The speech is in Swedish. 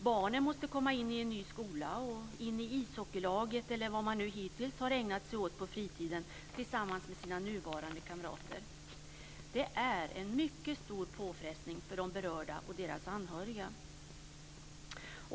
Barnen måste komma in i en ny skola och i ishockeylaget eller vad de hittills har ägnat sig åt på fritiden tillsammans med sina nuvarande kamrater. Det är en mycket stor påfrestning för de berörda och deras anhöriga.